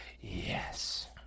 Yes